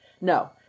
no